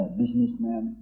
businessman